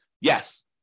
yes